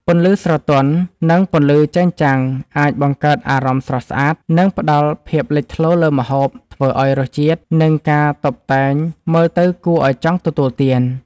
ពន្លឺស្រទន់ និងពន្លឺចែងចាំងអាចបង្កើតអារម្មណ៍ស្រស់ស្អាត និងផ្តល់ភាពលេចធ្លោលើម្ហូប ធ្វើឲ្យរសជាតិ និងការតុបតែងមើលទៅគួរឲ្យចង់ទទួលទាន។